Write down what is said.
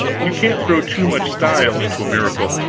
you can't throw too much style into a miracle.